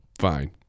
Fine